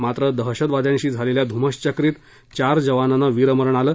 मात्र दहशतवाद्यांशी झालेल्या धुमश्वक्रीत चार जवानांना वीरमरण आलं